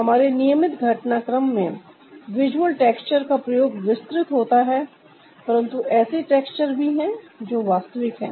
हमारे नियमित घटनाक्रम में विजुअल टेक्सचर का प्रयोग विस्तृत होता है परंतु ऐसे टेक्सचर भी हैं जो वास्तविक है